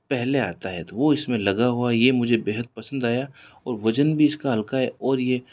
पहले आता है तो वो इसमें लगा हुआ ये मुझे बेहद पसंद आया और वजन भी इसका हल्का है और ये